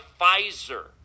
Pfizer